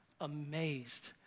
amazed